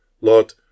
Lord